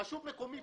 רשות מקומית,